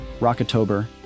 Rocketober